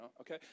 okay